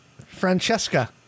Francesca